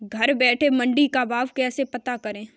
घर बैठे मंडी का भाव कैसे पता करें?